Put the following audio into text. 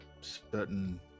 certain